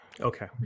Okay